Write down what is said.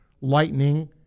lightning